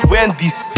Wendy's